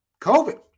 COVID